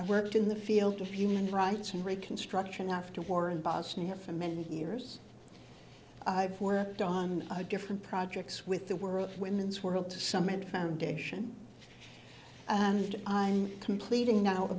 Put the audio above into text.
i worked in the field of human rights and reconstruction after war in bosnia for many years i've worked on a different projects with the world women's world to some and foundation and i'm completing now the